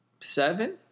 seven